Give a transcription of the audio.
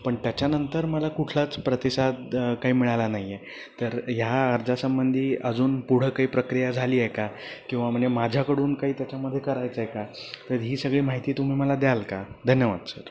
पण त्याच्यानंतर मला कुठलाच प्रतिसाद काही मिळाला नाही आहे तर ह्या अर्जासंबंधी अजून पुढं काही प्रक्रिया झाली आहे का किंवा म्हणजे माझ्याकडून काही त्याच्यामध्ये करायचं आहे का तर ही सगळी माहिती तुम्ही मला द्याल का धन्यवाद सर